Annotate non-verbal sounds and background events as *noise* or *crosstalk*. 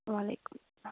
وعلیکُم *unintelligible*